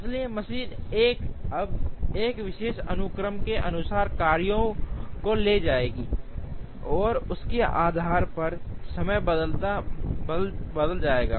इसलिए मशीन 1 अब एक विशेष अनुक्रम के अनुसार कार्यो को ले जाएगी और उसके आधार पर समय बदला जाएगा